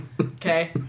Okay